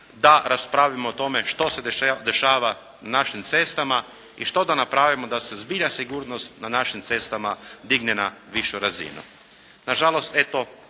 da raspravimo o tome što se dešava na našim cestama i što da napravimo da se zbilja sigurnost na našim cestama digne na višu razinu. Nažalost eto